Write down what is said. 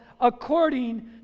according